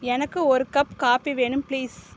எனக்கு ஒரு cup coffee வேணும் பிளீஸ்